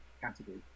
Category